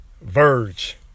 Verge